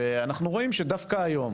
אנו רואים שדווקא היום